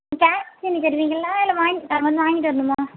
cash டெலிவரிங்களா இல்லை வாய்ங்கட்டா வந்து வாங்கிட்டு வர்ணுமா